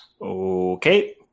Okay